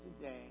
today